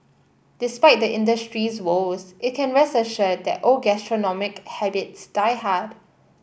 despite the industry's woes it can rest assured that old gastronomic habits die hard